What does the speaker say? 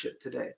today